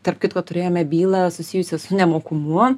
tarp kitko turėjome bylą susijusią su nemokumu